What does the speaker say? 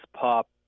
pop